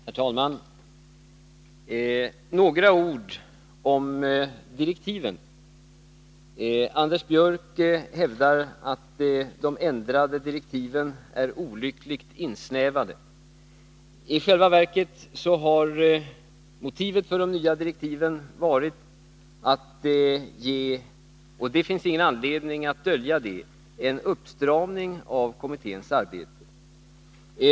Herr talman! Några ord om direktiven. Anders Björck hävdar att de ändrade direktiven är olyckligt insnävade. I själva verket har motivet för de nya direktiven varit — och det finns ingen anledning att dölja detta — att ge en uppstramning av kommitténs arbete.